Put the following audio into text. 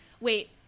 wait